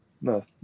No